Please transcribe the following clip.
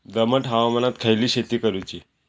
दमट हवामानात खयली शेती करूची?